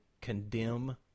condemn